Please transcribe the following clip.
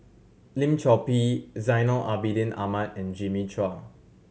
Lim Chor Pee Zainal Abidin Ahmad and Jimmy Chua